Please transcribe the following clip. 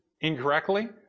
incorrectly